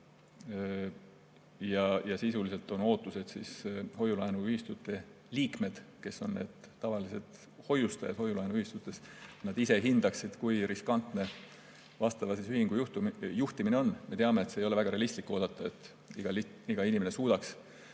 Sisuliselt on ootused, et hoiu-laenuühistute liikmed, kes on need tavalised hoiustajad hoiu-laenuühistutes, ise hindaksid, kui riskantne vastava ühingu juhtimine on. Me teame, et ei ole väga realistlik oodata, et iga inimene suudaks